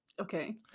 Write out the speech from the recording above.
Okay